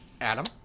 Adam